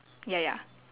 ya ya